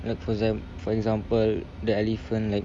like for exam~ for example the elephant like